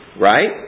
right